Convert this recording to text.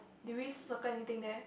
did we circle anything there